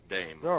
Dame